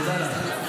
תודה לך.